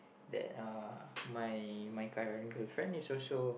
that uh my my current girlfriend is also